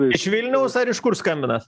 iš vilniaus ar iš kur skambinat